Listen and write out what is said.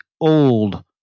old